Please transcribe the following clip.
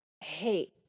Hey